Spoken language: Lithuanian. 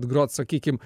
grot sakykim